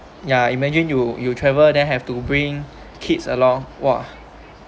ya imagine you you travel then have to bring kids along !wah!